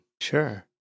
Sure